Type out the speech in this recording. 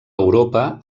europa